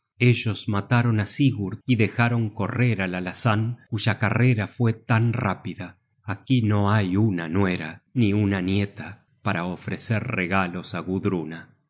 ellos mataron á sigurd y dejaron correr al alazan cuya carrera fue tan rápida aquí no hay una nuera ni una nieta para ofrecer regalos